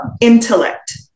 intellect